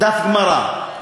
דף גמרא,